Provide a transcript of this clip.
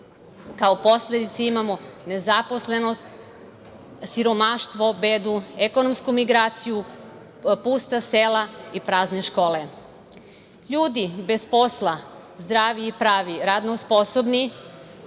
posledice imamo nezaposlenost, siromaštvo, bedu, ekonomsku migraciju, pusta sela i prazne škole. Ljudi bez posla, zdravi i pravi, radno sposobni,